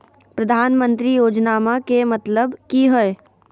प्रधानमंत्री योजनामा के मतलब कि हय?